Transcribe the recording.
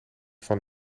van